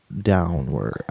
downward